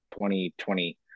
2020